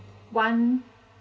one